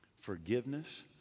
forgiveness